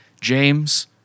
James